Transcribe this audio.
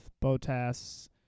Botas